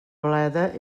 bleda